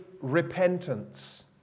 repentance